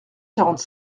quarante